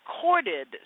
courted